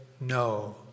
No